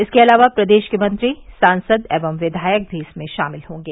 इसके अलावा प्रदेश के मंत्री सांसद एवं विद्यायक भी इसमें शामिल होंगे